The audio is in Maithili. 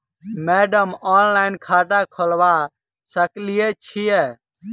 मैडम ऑनलाइन खाता खोलबा सकलिये छीयै?